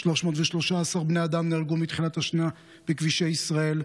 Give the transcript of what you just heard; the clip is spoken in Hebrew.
313 בני אדם נהרגו מתחילת השנה בכבישי ישראל,